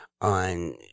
on